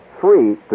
three